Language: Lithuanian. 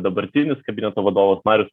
dabartinis kabineto vadovas marius